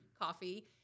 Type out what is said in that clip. Coffee